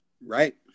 Right